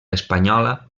espanyola